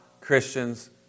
Christians